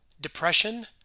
depression